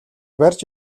барьж